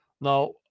Now